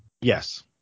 Yes